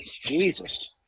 Jesus